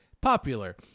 popular